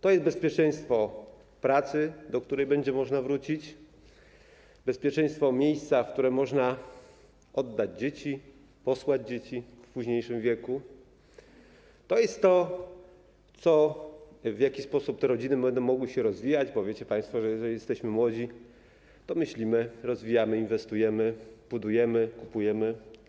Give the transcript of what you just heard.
To jest bezpieczeństwo pracy, do której będzie można wrócić, bezpieczeństwo miejsca, w które można oddać dzieci, posłać dzieci w późniejszym wieku, to jest to, w jaki sposób te rodziny będą mogły się rozwijać, bo wiecie państwo, że jeżeli jesteśmy młodzi, to myślimy, rozwijamy się, inwestujemy, budujemy, kupujemy.